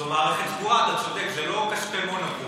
זו מערכת סגורה, אתה צודק, זה לא כספי מונופול,